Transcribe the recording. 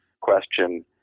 question